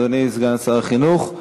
אדוני סגן שר החינוך,